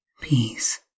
Peace